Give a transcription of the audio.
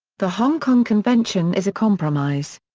the hong kong convention is a compromise.